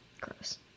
Gross